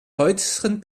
häuschen